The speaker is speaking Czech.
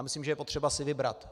Myslím, že je potřeba si vybrat.